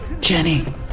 Jenny